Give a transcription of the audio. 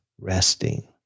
resting